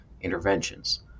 interventions